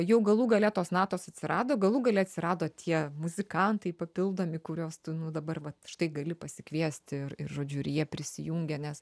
jau galų gale tos natos atsirado galų gale atsirado tie muzikantai papildomi kuriuos tu dabar vat štai gali pasikviesti ir ir žodžiu ir jie prisijungia nes